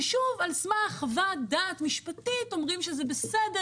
ושוב על סמך חוות דעת משפטית אומרים שזה בסדר